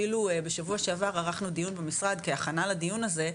אפילו בשבוע שעבר ערכנו דיון במשרד כהכנה לדיון הזה,